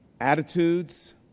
attitudes